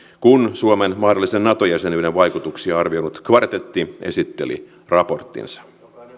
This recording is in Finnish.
kun suomen mahdollisen nato jäsenyyden vaikutuksia arvioinut kvartetti esitteli raporttinsa